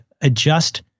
adjust